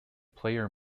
player